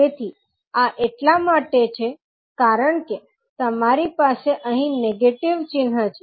તેથી આ એટલા માટે છે કારણ કે તમારી પાસે અહીં નેગેટિવ ચિન્હ છે